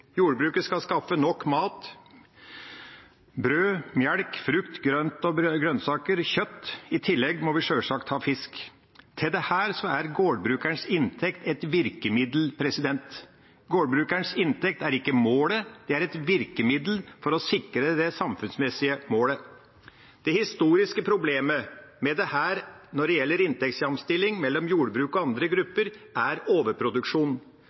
Jordbruket skal skaffe nok mat – brød, melk, frukt, grønnsaker og kjøtt. I tillegg må vi sjølsagt ha fisk. Til dette er gårdbrukerens inntekt et virkemiddel. Gårdbrukerens inntekt er ikke målet, det er et virkemiddel for å sikre det samfunnsmessige målet. Det historiske problemet med dette når det gjelder inntektsjamstilling mellom jordbruk og andre grupper, er overproduksjon.